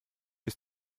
ist